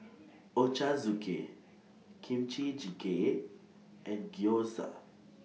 Ochazuke Kimchi Jjigae and Gyoza